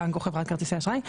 הבנק או חברת כרטיסי האשראי,